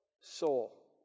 soul